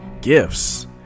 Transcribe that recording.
gifts